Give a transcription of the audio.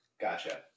Gotcha